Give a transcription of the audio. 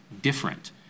different